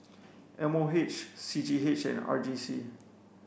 M O H C G H and R G C